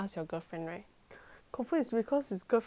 confirm is because his girlfriend not pretty lor